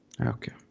Okay